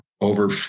over